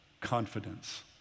confidence